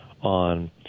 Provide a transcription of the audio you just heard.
on